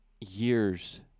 years